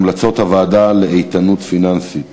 המלצות הוועדה לבחינת האיתנות הפיננסית